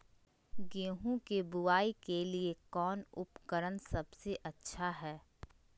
गेहूं के बुआई के लिए कौन उपकरण सबसे अच्छा है?